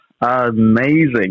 amazing